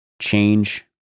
change